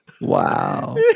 Wow